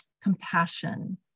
compassion